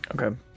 Okay